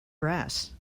brass